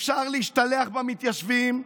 אפשר להשתלח במתיישבים,